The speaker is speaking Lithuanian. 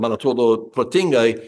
man atrodo protingai